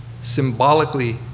symbolically